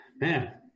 man